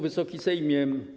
Wysoki Sejmie!